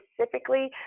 specifically